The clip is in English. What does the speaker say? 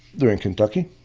they're in kentucky